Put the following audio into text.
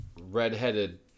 redheaded